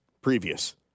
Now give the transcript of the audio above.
previous